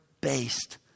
based